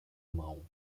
mão